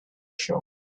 showing